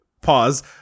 pause